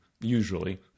usually